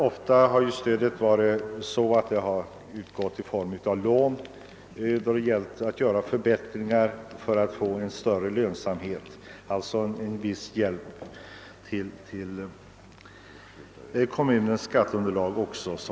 Ofta har stödet utgått i form av lån till förbättringar i syfte att åstadkomma en bättre lönsamhet, något som i sin tur bidrar till att förbättra kommunens skatteunderlag.